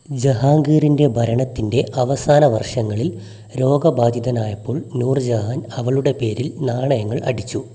ജഹാംഗീറിൻ്റെ ഭരണത്തിൻ്റെ അവസാന വർഷങ്ങളിൽ രോഗബാധിതനായപ്പോൾ നൂർജഹാൻ അവളുടെ പേരിൽ നാണയങ്ങൾ അടിച്ചു